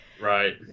right